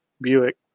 Buick